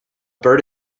bird